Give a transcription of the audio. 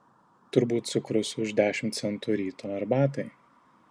turbūt cukrus už dešimt centų ryto arbatai